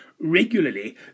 regularly